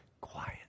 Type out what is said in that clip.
quiet